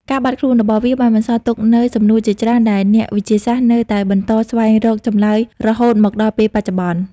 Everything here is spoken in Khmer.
ការបាត់ខ្លួនរបស់វាបានបន្សល់ទុកនូវសំណួរជាច្រើនដែលអ្នកវិទ្យាសាស្ត្រនៅតែបន្តស្វែងរកចម្លើយរហូតមកដល់ពេលបច្ចុប្បន្ន។